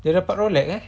dapat rolex eh